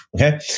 Okay